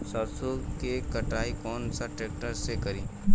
सरसों के कटाई कौन सा ट्रैक्टर से करी?